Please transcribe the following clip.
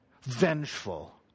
Vengeful